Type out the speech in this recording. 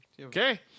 Okay